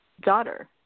daughter